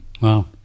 Wow